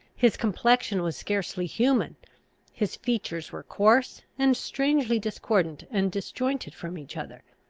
his complexion was scarcely human his features were coarse, and strangely discordant and disjointed from each other.